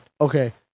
Okay